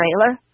trailer